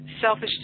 Selfish